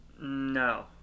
No